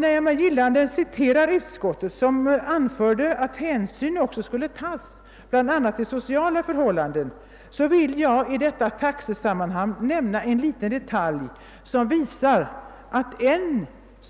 När jag med gillande citerade utskottet, som anförde, att hänsyn också skulle tas till bl.a. sociala förhållanden, vill jag i detta taxesammanhang nämna en liten detalj som visar att ännu